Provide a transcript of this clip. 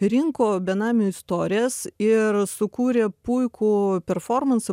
rinko benamių istorijas ir sukūrė puikų performansą